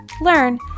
learn